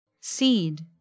seed